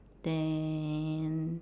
then